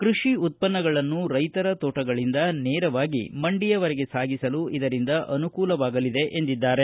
ಕೃಷಿ ಉತ್ಪನ್ನಗಳನ್ನು ರೈತರ ತೋಟಗಳಿಂದ ನೇರವಾಗಿ ಮಂಡಿಯವರೆಗೆ ಸಾಗಿಸಲು ಇದರಿಂದ ಅನುಕೂಲವಾಗಲಿದೆ ಎಂದಿದ್ದಾರೆ